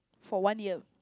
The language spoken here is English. for one year